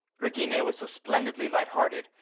regina was so splendidly light-hearted.